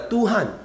Tuhan